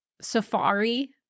safari